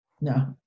no